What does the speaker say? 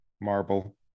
Marble